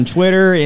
Twitter